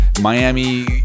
Miami